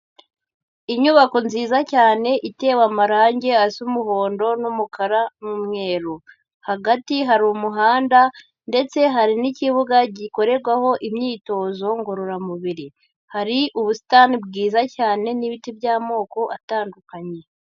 Inyubako nziza cyane itewe amarangi asa umuhondo n'umukara n'umweru, hagati hari umuhanda ndetse hari n'ikibuga gikorerwaho imyitozo ngororamubiri, hari ubusitani bwiza cyane n'ibiti by'amoko atandukanye.